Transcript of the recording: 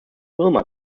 wilma